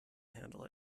handle